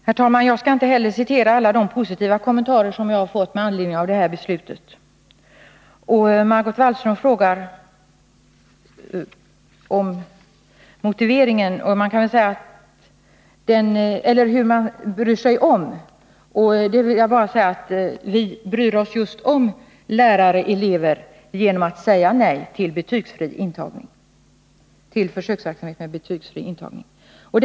Herr talman! Jag skall inte heller citera alla de positiva kommentarer som jag har fått med anledning av det här beslutet. Margot Wallström frågar om vi bryr oss om de människor som berörs av beslutet. Jag vill bara säga att vi bryr oss om lärare och elever just genom att säga nej till försöksverksamhet med betygsfri intagning till gymnasieskolan.